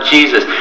Jesus